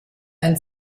ein